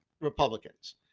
Republicans